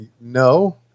no